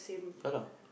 fun lah